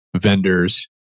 vendors